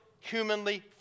humanly